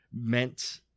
meant